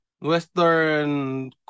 Western